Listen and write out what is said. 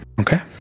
Okay